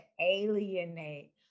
alienate